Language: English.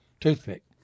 toothpick